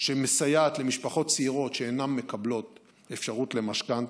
שמסייעת למשפחות צעירות שאינן מקבלות אפשרות למשכנתה